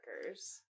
workers